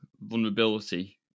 vulnerability